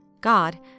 God